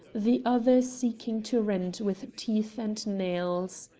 the other seeking to rend with teeth and nails.